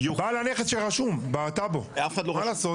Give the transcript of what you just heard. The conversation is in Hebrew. יובא בעל הנכס שרשום בטאבו, מה לעשות.